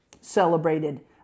celebrated